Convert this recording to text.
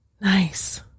Nice